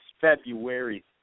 February